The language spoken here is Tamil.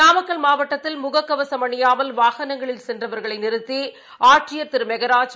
நாமக்கல் மாவட்டத்தில் முககவசம் அணியாமல் வாகனங்களில் சென்றவர்களைநிறுத்தி ஆட்சியர் திருமெகராஜ்